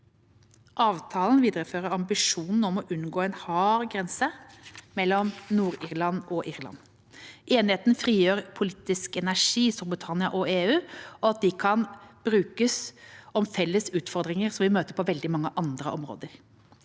Avtalen viderefører ambisjonen om å unngå en hard grense mellom Nord-Irland og Irland. Enigheten frigjør politisk energi som Storbritannia og EU kan bruke på de felles utfordringene vi møter på veldig mange andre områder.